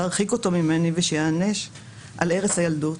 להרחיק אותו ממני ושייענש על הרס הילדות,